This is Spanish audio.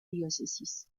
diócesis